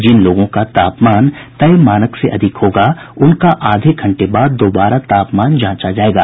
जिन लोगों का तापमान तय मानक से अधिक होगा उनका आधे घंटे बाद दोबारा तापमान जांचा जायेगा